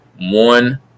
one